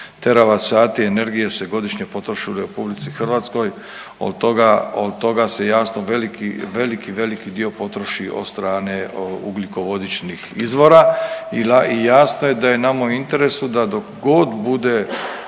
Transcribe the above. teravat sati energije se godišnje potroši u RH, od toga, od toga se jasno veliki, veliki dio potroši od strane ugljikovodičnih izvora i jasno je da je nama u interesu da dok god bude